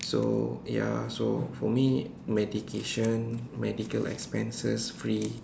so ya so for me medication medical expenses free